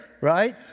right